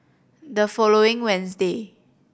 the following Wednesday